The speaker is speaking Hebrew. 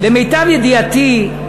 למיטב ידיעתי,